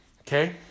Okay